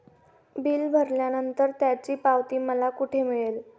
Bill भरल्यानंतर त्याची पावती मला कुठे मिळेल?